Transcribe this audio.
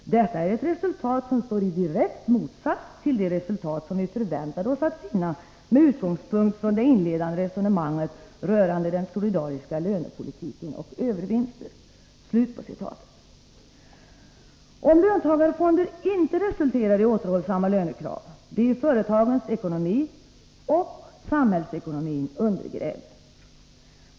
Detta är ett resultat som står i direkt motsats till de resultat, som vi förväntade oss att finna med utgångspunkt från det inledande resonemanget rörande den solidariska lönepolitiken och övervinster.” Om löntagarfonder inte resulterar i återhållsamma lönekrav blir företagens ekonomi — och samhällekonomin — undergrävd.